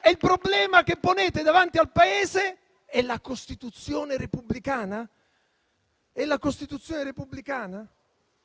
e il problema che ponete davanti al Paese è la Costituzione repubblicana?